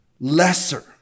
lesser